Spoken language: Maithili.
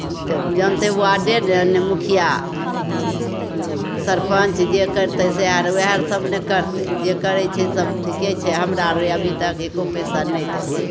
ई तऽ जानिते वॉर्डे ने मुखिआ सरपञ्च जे करतै से वएह सभ ने करतै जे करै छै सब ठिके छै हमरा आओर अभी तक एक्को पइसा नहि देलकै